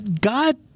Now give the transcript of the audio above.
God